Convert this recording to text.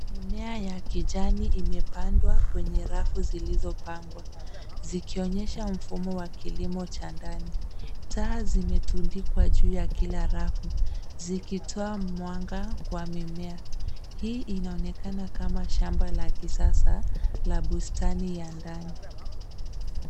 Mimea ya kijani imepandwa kwenye rafu zilizopangwa zikionyesha mfumo wa kilimo cha ndani. Taa zimetundikwa juu ya kila rafu zikitoa mwanga kwa mimea. Hii inaonekana kama shamba la kisasa la bustani ya ndani.